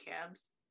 cabs